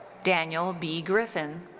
daniel b. griffin.